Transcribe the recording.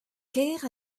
kêr